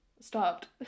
stopped